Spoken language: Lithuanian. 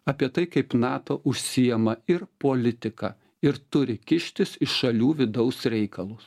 apie tai kaip nato užsiima ir politika ir turi kištis į šalių vidaus reikalus